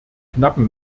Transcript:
knappen